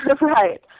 Right